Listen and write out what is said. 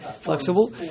flexible